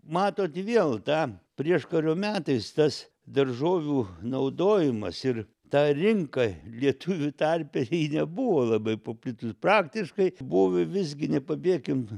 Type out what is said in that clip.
matot vėl ta prieškario metais tas daržovių naudojimas ir ta rinka lietuvių tarpe ji nebuvo labai paplitus praktiškai buvo visgi nepabėkim